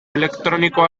elektroniko